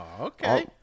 okay